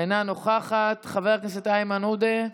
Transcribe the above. אינה נוכחת, חבר הכנסת איימן עודה,